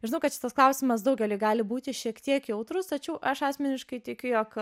žinau kad šitas klausimas daugeliui gali būti šiek tiek jautrus tačiau aš asmeniškai tikiu jog